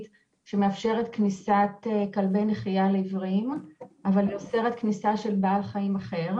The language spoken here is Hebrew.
שמאפשרת כניסת כלבי נחייה לעיוורים אבל היא אוסרת כניסה של בעל חיים אחר,